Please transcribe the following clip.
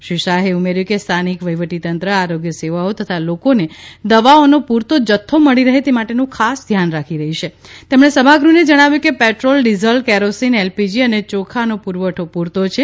શ્રી શાહે ઉમેર્યું કે સ્થાનિક વહીવટીતંત્ર આરોગ્યસેવાઓ તથા લોકોને દવાઓનો પૂરતો જથ્થો મળી રહે તે માટેનું ખાસ ધ્યાન રાખી રહી છે તેમણે સભાગૃહને જણાવ્યું કે પેટ્રોલ ડીઝલ કેરોસીન એલપીજી અને યોખાનો પુરવઠો પૂરતો છે